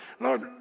Lord